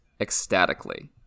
ecstatically